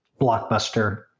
Blockbuster